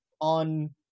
on